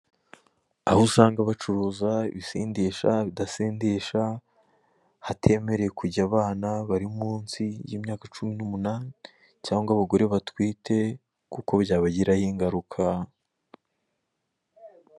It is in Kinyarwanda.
Aho usanga bacuruza ibisindisha, ibidasindisha; hatemerewe kujya abana bari munsi y'imyaka cumi n'umunani cyangwa abagore batwite kuko byabagiraho ingaruka.